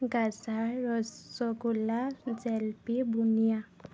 গাজা ৰসগোল্লা জেলপি বুনিয়া